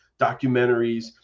documentaries